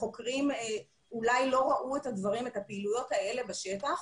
החוקרים אולי לא ראו את הפעילויות האלה בשטח,